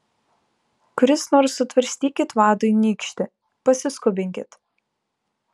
kuris nors sutvarstykit vadui nykštį pasiskubinkit